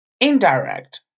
indirect